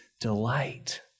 delight